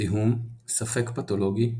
זיהום, ספק פתולוגי,